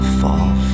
fall